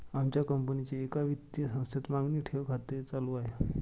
आमच्या कंपनीचे एका वित्तीय संस्थेत मागणी ठेव खाते चालू आहे